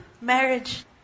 marriage